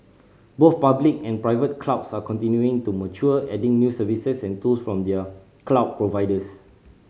both public and private clouds are continuing to mature adding new services and tools from their cloud providers